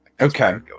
Okay